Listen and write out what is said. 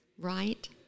right